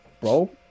bro